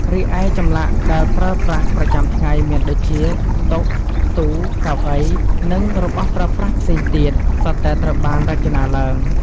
រីឯ ចម្លាក់ដែលប្រើប្រាស់ប្រចាំថ្ងែមានដូចជា តុ ទូ កៅអី និងរបស់ប្រើប្រាស់ផ្សេងទៀត សុទ្ធតែត្រូវបានរចនាឡើង។